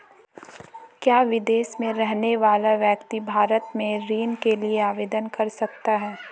क्या विदेश में रहने वाला व्यक्ति भारत में ऋण के लिए आवेदन कर सकता है?